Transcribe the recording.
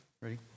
ready